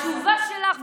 התשובה שלך,